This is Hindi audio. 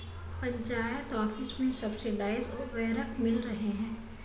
पंचायत ऑफिस में सब्सिडाइज्ड उर्वरक मिल रहे हैं